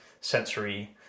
sensory